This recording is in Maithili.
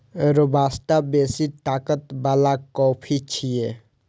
रोबास्टा बेसी ताकत बला कॉफी छियै